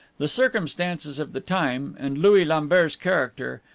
the circumstances of the time, and louis lambert's character,